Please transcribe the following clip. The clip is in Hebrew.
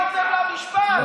התמכרתם למשפט.